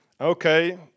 okay